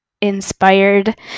inspired